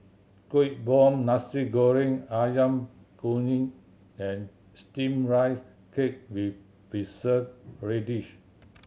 Kueh Bom Nasi Goreng Ayam Kunyit and Steamed Rice Cake with Preserved Radish